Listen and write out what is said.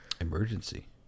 Emergency